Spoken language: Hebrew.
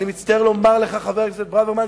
חבר הכנסת ברוורמן,